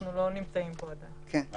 אבל אנחנו לא נמצאים שם כרגע.